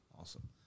awesome